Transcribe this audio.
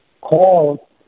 call